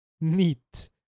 neat